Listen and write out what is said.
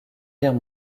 guerre